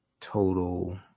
total